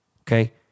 okay